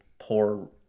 poor